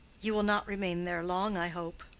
you will not remain there long, i hope.